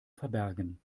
verbergen